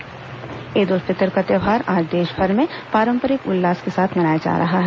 ईद उल फितर ईद उल फितर का त्योहार आज देशभर में पारंपरिक उल्लास के साथ मनाया जा रहा है